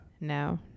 No